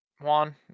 Juan